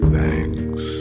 Thanks